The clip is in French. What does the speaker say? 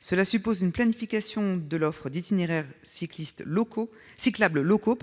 Cela suppose une planification de l'offre d'itinéraires cyclables locaux